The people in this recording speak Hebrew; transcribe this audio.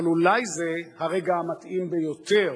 אבל אולי זה הרגע המתאים ביותר